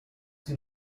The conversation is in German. sie